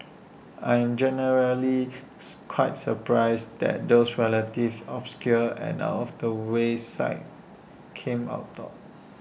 I am generally quite surprised that those relative obscure and out of the way sites came out top